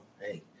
hey